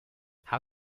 how